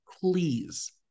Please